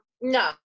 no